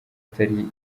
atari